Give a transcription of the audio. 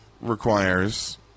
requires